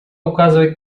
указывает